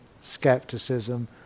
skepticism